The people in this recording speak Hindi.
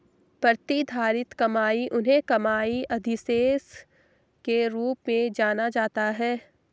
प्रतिधारित कमाई उन्हें कमाई अधिशेष के रूप में भी जाना जाता है